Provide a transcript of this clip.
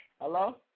Hello